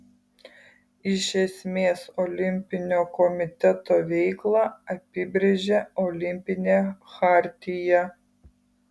iš esmės olimpinio komiteto veiklą apibrėžia olimpinė chartija